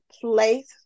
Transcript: place